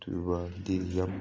ꯑꯗꯨꯒꯗꯤ ꯌꯥꯝ